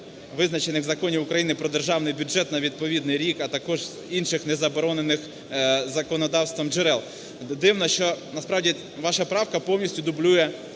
визначених в Законі України про Державний бюджет на відповідний рік, а також інших незаборонених законодавством джерел. Дивно, що, насправді, ваша правка повністю дублює